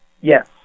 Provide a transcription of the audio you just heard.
Yes